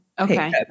okay